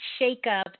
shakeup